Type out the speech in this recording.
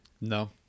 no